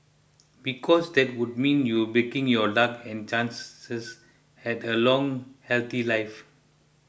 because that would mean you're breaking your luck and chances at a long healthy life